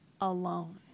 alone